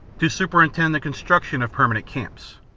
to superintend the construction of permanent camps,